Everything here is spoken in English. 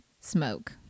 smoke